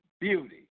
beauty